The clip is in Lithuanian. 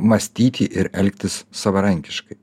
mąstyti ir elgtis savarankiškai